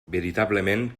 veritablement